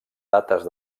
dates